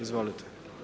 Izvolite.